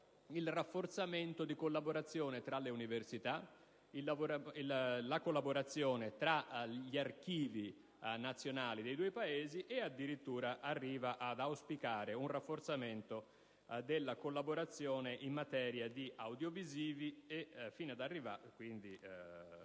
il rafforzamento della collaborazione tra le università e tra gli archivi nazionali dei due Paesi, e addirittura arriva ad auspicare un rafforzamento della collaborazione in materia di audiovisivi, quindi documentari e